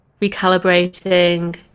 recalibrating